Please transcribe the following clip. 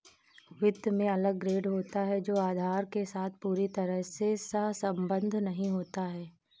वित्त में अलग ग्रेड होता है जो आधार के साथ पूरी तरह से सहसंबद्ध नहीं होता है